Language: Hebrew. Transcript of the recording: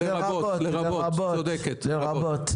לרבות.